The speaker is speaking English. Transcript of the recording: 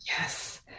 Yes